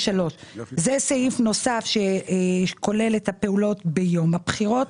זה סעיף שכולל את הפעולות ביום הבחירות.